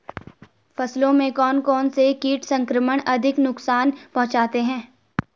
फसलों में कौन कौन से कीट संक्रमण अधिक नुकसान पहुंचाते हैं?